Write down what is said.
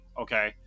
okay